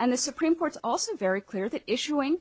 and the supreme court's also very clear that issuing